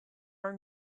are